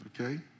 okay